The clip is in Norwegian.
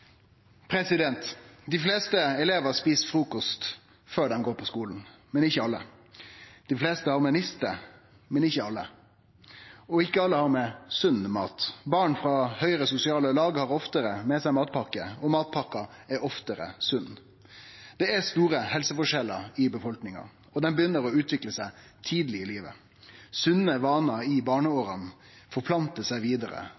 Dei fleste elevar et frukost før dei går på skulen, men ikkje alle. Dei fleste har med niste, men ikkje alle. Og ikkje alle har med sunn mat. Barn frå høgare sosiale lag har oftare med seg matpakke, og matpakka er oftare sunn. Det er store helseforskjellar i befolkninga, og dei begynner å utvikle seg tidleg i livet. Sunne vanar i barneåra forplantar seg vidare,